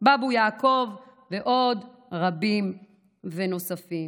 באבו יעקב ועוד רבים נוספים.